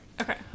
okay